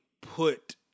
put